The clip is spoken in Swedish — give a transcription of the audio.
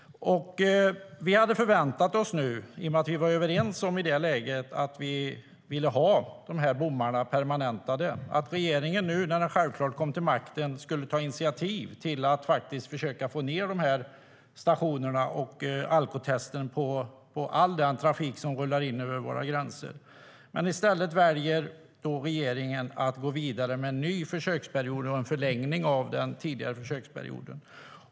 I och med att vi i det läget var överens om att vi ville ha bommarna permanentade hade vi förväntat oss att regeringen, nu när den kom till makten, självklart skulle ta initiativ till att försöka få in stationerna och alkotesten på all den trafik som rullar in över våra gränser. I stället väljer regeringen att gå vidare med en ny försöksperiod och en förlängning av den tidigare försöksperioden.